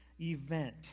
event